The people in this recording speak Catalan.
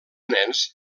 nens